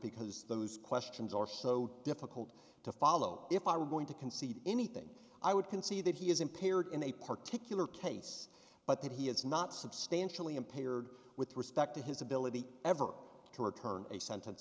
because those questions are so difficult to follow if i were going to concede anything i would concede that he is impaired in a particularly case but that he has not substantially impaired with respect to his ability ever to return a sentence